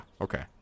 okay